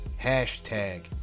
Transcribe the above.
hashtag